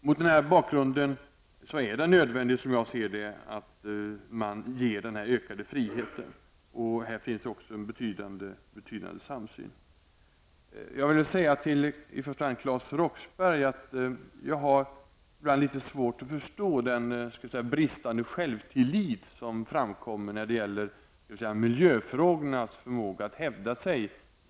Mot den här bakgrunden är det nödvändigt, som jag ser det, att man ger kommunerna ökad frihet. Här finns också en betydande samsyn. Jag vill säga till i första hand Claes Roxbergh att jag ibland har litet svårt att förstå den bristande självtillit som framkommer när det gäller miljöfrågornas förmåga att hävda sig.